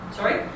Sorry